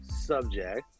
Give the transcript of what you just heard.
Subject